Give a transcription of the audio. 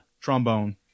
trombone